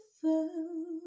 fell